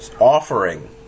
offering